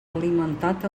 alimentat